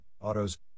autos